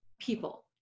people